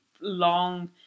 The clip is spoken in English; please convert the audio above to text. long